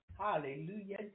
Hallelujah